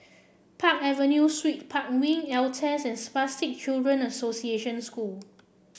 Park Avenue Suites Park Wing Altez and Spastic Children Association School